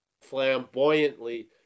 flamboyantly